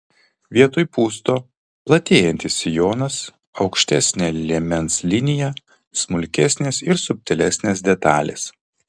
vietoj pūsto platėjantis sijonas aukštesnė liemens linija smulkesnės ir subtilesnės detalės